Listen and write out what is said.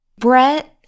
Brett